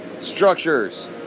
structures